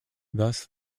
thus